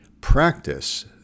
practice